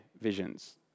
visions